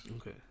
Okay